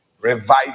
Revive